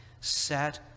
set